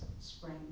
spring